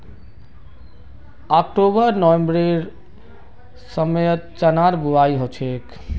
October नवंबरेर समयत चनार बुवाई हछेक